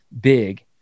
big